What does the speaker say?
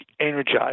energize